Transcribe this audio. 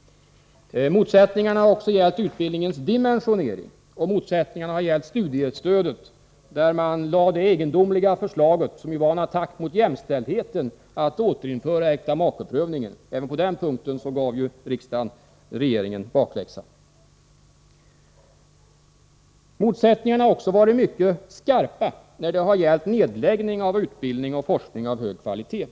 Motsättningar finns också i frågor om utbildningarnas dimensionering och om studiestödet, där regeringen framlade det egendomliga förslaget att återinföra äktamakeprövning. Det var ju en attack mot jämställdheten. Även på den punkten gav riksdagen regeringen bakläxa. Motsättningarna har varit mycket skarpa när det gällt nedläggning av utbildning och forskning av hög kvalitet.